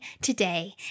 today